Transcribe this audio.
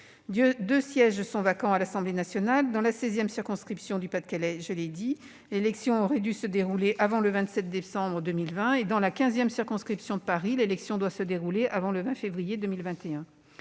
Deux sièges sont vacants à l'Assemblée nationale. Dans la sixième circonscription du Pas-de-Calais, je l'ai dit, l'élection aurait dû se dérouler avant le 27 décembre 2020. Dans la quinzième circonscription de Paris, l'élection doit se dérouler avant le 20 février 2021.